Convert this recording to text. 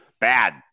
Bad